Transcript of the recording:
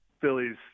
Philly's